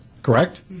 Correct